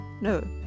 no